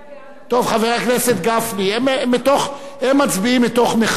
הוא הצביע בעד, טוב, חבר הכנסת גפני.